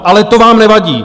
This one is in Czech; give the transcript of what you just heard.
Ale to vám nevadí.